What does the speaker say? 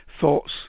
thoughts